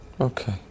Okay